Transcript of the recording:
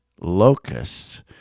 locusts